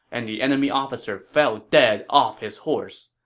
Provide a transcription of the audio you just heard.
and the enemy officer fell dead off his horse.